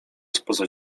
spoza